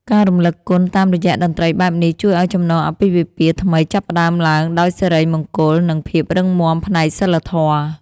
ការរំលឹកគុណតាមរយៈតន្ត្រីបែបនេះ ជួយឱ្យចំណងអាពាហ៍ពិពាហ៍ថ្មីចាប់ផ្តើមឡើងដោយសិរីមង្គល និងភាពរឹងមាំផ្នែកសីលធម៌។